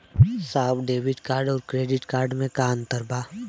साहब debit card और credit card में का अंतर बा?